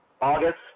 August